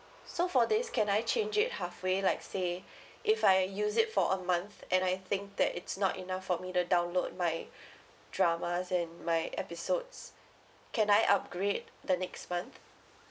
so for this can I change it halfway like say if I use it for a month and I think that it's not enough for me to download my dramas and my episodes can I upgrade the next month